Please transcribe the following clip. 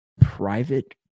private